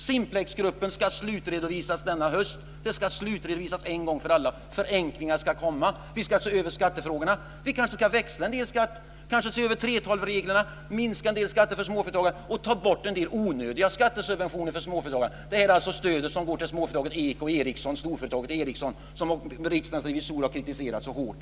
Simplexgruppen ska en gång för alla slutredovisa denna höst. Förenklingar ska komma. Vi ska se över skattefrågorna. Vi kanske ska växla en del skatter. Vi kanske ska se över 3:12-reglerna, minska en del skatter för småföretagen och ta bort en del onödiga skattesubventioner för småföretagarna, t.ex. det stöd som går till storföretaget Ericsson och som Riksdagens revisorer har kritiserat så hårt.